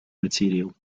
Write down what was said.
material